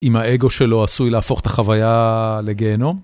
עם האגו שלו עשוי להפוך את החוויה לגהנום.